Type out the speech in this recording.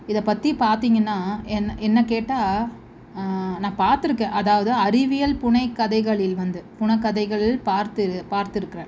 இதை பற்றி பார்த்திங்கன்னா என் என்னை கேட்டால் நான் பாத்துருக்கேன் அதாவது அறிவியல் புனைகதைகளில் வந்து புனகதைகள் பார்த்து இரு பார்த்துருக்கிறேன்